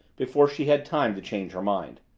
before she had time to change her mind.